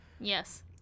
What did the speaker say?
Yes